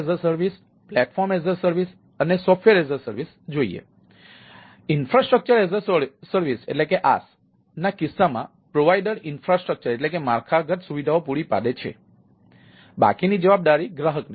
તેથી IaaS ના કિસ્સામાં પ્રોવાઇડર ઇન્ફ્રાસ્ટ્રક્ચર એટલે કે માળખાગત સુવિધાઓ પૂરી પાડે છે બાકીની જવાબદારી ગ્રાહકની છે